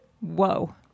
Whoa